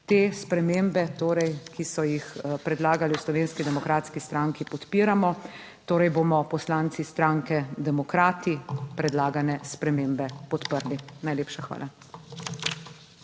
Te spremembe torej, ki so jih predlagali v Slovenski demokratski stranki podpiramo. Torej bomo poslanci Social demokrati predlagane spremembe podprli. Najlepša hvala.